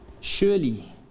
Surely